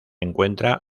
encuentra